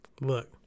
Look